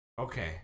Okay